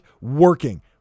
working